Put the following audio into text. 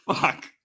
Fuck